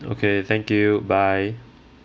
okay thank you bye